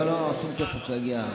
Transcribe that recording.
לא, שום כסף לא הגיע.